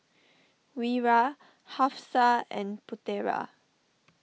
Wira Hafsa and Putera